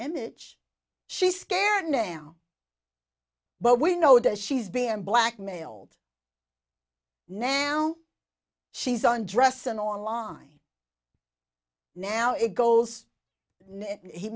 image she's scared now but we know that she's being blackmailed now she's on dress and online now it goes